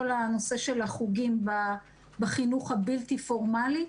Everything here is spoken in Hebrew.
הנושא של החוגים בחינוך הבלתי פורמלי.